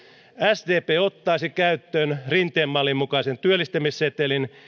sdp ottaisi käyttöön rinteen mallin mukaisen työllistämissetelin